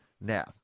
now